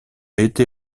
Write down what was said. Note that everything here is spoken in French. été